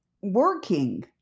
working